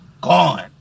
Gone